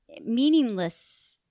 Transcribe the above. meaningless